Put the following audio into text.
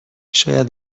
شاید